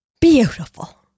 beautiful